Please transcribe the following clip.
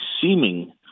seeming